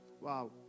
Wow